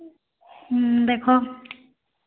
ହୁଁ ଦେଖ